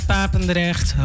Papendrecht